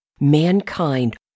Mankind